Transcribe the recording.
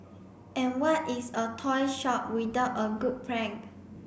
and what is a toy shop without a good prank